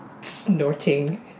snorting